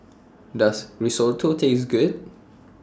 Does Risotto Taste Good